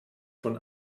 von